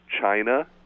China